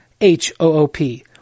H-O-O-P